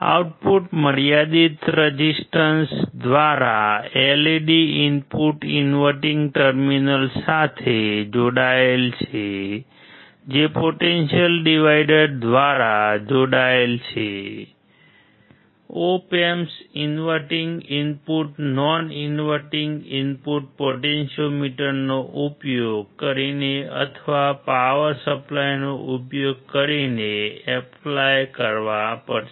output મર્યાદિત resistor કરવા પડશે